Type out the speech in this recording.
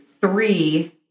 three